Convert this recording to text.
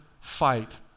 fight